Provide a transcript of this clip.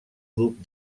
grup